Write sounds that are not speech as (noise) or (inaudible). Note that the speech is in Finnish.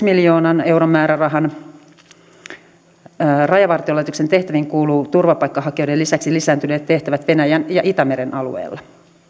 (unintelligible) miljoonan määrärahan rajavartiolaitoksen tehtäviin kuuluvat turvapaikanhakijoiden lisäksi lisääntyneet tehtävät venäjän ja itämeren alueella